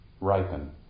ripen